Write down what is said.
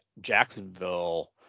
Jacksonville